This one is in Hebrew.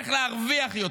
איך להרוויח יותר,